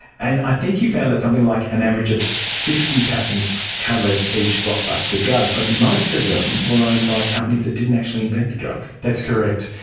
and i think you found that something like an average of fifty patents covered each blockbuster drug, but most of them were owned by companies that didn't actually invent the drug. that's correct.